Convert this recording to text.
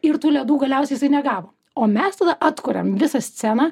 ir tų ledų galiausiai jisai negavo o mes tada atkuriam visą sceną